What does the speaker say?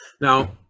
Now